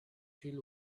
till